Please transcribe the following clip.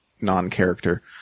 non-character